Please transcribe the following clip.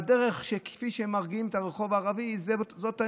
והדרך, כפי שמרגיעים את הרחוב הערבי, זאת האמת.